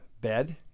bed